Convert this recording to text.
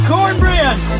Cornbread